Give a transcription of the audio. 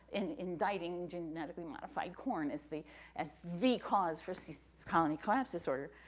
indicting genetically modified corn as the as the cause for so colony collapse disorder,